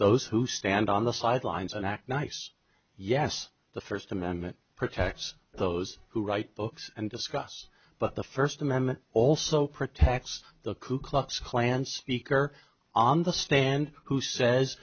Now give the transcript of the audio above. those who stand on the sidelines and act nice yes the first amendment protects those who write books and discuss but the first amendment also protects the ku klux klan speaker on the stand who says